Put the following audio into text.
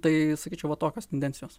tai sakyčiau va tokios tendencijos